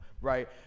right